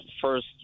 first